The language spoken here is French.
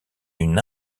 une